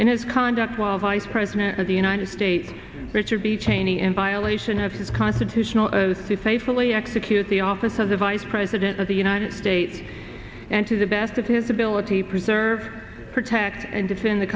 in his conduct while vice president of the united states richard b cheney in violation of his constitutional oath to safely execute the office of the vice president of the united states and to the best of his ability preserve protect and defend the